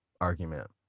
argument